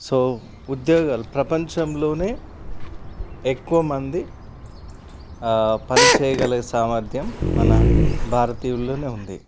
so ఉద్యోగాలు ప్రపంచంలోనే ఎక్కువ మంది పని చేయగలిగే సామర్థ్యం మన భారతీయుల్లోనే ఉంది